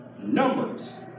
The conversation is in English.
Numbers